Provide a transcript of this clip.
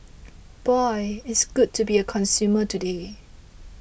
boy it's good to be a consumer today